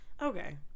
Okay